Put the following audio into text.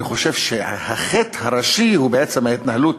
אני חושב שהחטא הראשי הוא בעצם ההתנהלות